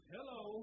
Hello